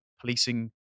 policing